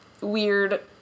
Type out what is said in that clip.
weird